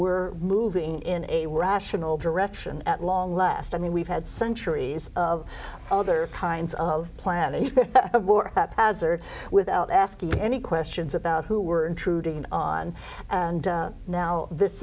we're moving in a rational direction at long last i mean we've had centuries of other kinds of planning of war as or without asking any questions about who were intruding on and now this